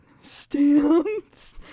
stamps